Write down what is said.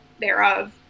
thereof